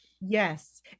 Yes